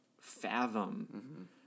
fathom